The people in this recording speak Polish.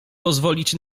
pozwolić